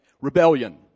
rebellion